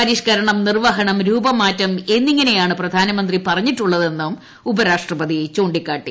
പരിഷ്ക്കരണം നിർവഹണം രൂപമാറ്റം എന്നിങ്ങനെയാണ് പ്രധാനമന്ത്രി പറഞ്ഞിട്ടുള്ളതെന്നും ഉപരാഷ്ട്ര പതി ചൂണ്ടിക്കാട്ടി